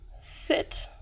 sit